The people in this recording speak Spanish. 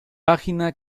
página